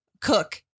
cook